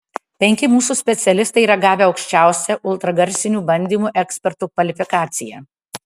penki mūsų specialistai yra gavę aukščiausią ultragarsinių bandymų ekspertų kvalifikaciją